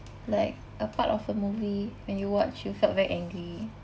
like a part of a movie when you watch you felt very angry